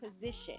position